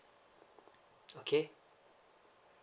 okay